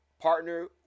partner